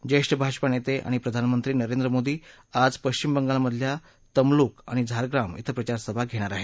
ज्येष्ठ भाजपा नेते आणि प्रधानमंत्री नरेंद्र मोदी आज पश्विम बंगालमधल्या तमलूक आणि झाखाम क्षि प्रचारसभा घेणार आहेत